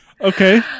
Okay